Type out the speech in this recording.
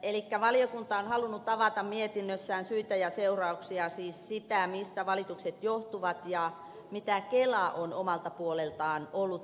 elikkä valiokunta on halunnut avata mietinnössään syitä ja seurauksia siis sitä mistä valitukset johtuvat ja mitä kela on omalta puoleltaan ollut valmis tekemään